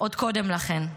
עוד קודם לכן.